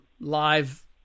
live